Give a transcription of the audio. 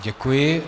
Děkuji.